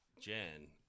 Jen